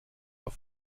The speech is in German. auf